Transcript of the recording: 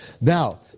Now